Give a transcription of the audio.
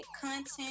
content